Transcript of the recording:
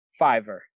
Fiverr